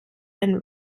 and